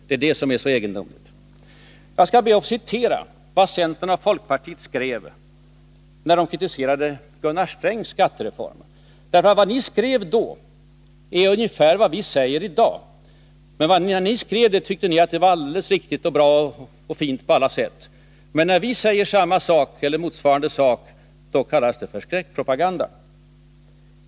Det är det som är så egendomligt. Jag skall be att få citera vad centern och folkpartiet skrev när de kritiserade 3 Gunnar Strängs skattereform i början av 1970-talet. Vad ni skrev då är ungefär detsamma som vi säger i dag. Men när ni skrev det tyckte ni att det var alldeles riktigt och bra och fint på alla sätt. När vi säger samma sak eller något motsvarande kallas det emellertid för skräckpropaganda.